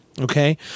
Okay